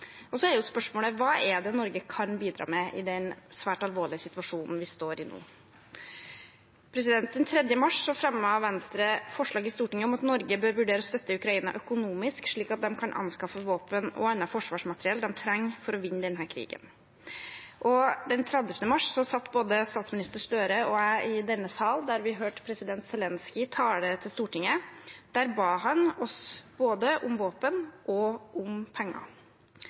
er spørsmålet: Hva kan Norge bidra med i den svært alvorlige situasjonen vi står i nå? Den 3. mars fremmet Venstre forslag i Stortinget om at Norge bør vurdere å støtte Ukraina økonomisk, slik at de kan anskaffe våpen og annet forsvarsmateriell de trenger for å vinne denne krigen. Den 30. mars satt både statsminister Støre og jeg i denne sal og hørte president Zelenskyj tale til Stortinget. Der ba han oss både om våpen og penger.